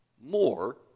More